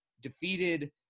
defeated